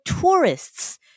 Tourists